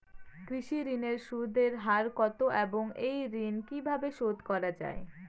কৃষি ঋণের সুদের হার কত এবং এই ঋণ কীভাবে শোধ করা য়ায়?